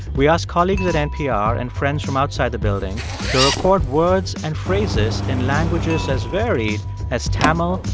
we asked colleagues at npr and friends from outside the building to record words and phrases in languages as varied as tamil,